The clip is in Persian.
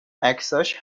عکساش